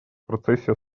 процессе